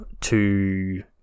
to-